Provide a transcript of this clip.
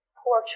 poor